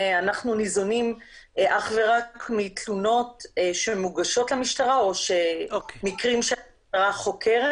אנחנו ניזונים אך ורק מתלונות שמוגשות למשטרה או שמקרים שהמשטרה חוקרת,